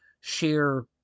share